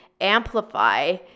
amplify